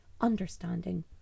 understanding